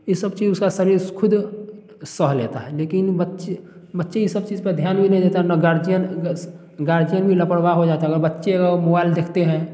इन सब चीज उसका शरीर खुद सह लेता है लेकिन बच्चे बच्चे ये सब चीज पर ध्यान भी नहीं देता ना गार्जियन गार्जियन भी लापरवाह हो जाता है अगर बच्चे को मोबाइल देखते हैं